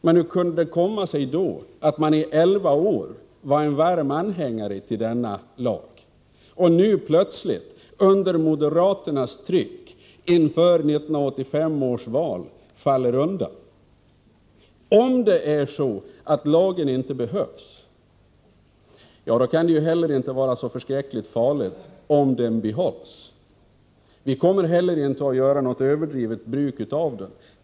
Men hur kommer det sig då att ni i elva år var varma anhängare av denna lag? Nu, under trycket från moderaterna inför 1985 års val, viker man plötsligt undan. Om den här lagen inte behövs, kan det ju inte heller vara särskilt farligt att behålla den. Vi kommer inte att göra oss skyldiga till något överdrivet bruk av denna lag.